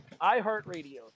iHeartRadio